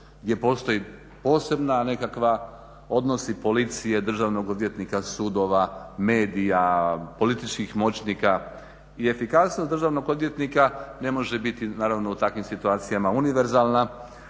gdje postoji posebna nekakva, odnosi policije, državnog odvjetnika, sudova, medija, političkih moćnika i efikasnost državnog odvjetnika ne može biti, naravno u takvim situacijama univerzalna,